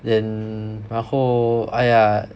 then 然后 !aiya!